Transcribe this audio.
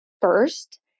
first